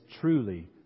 truly